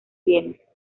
bienes